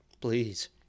Please